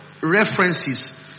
references